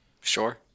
Sure